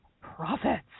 profits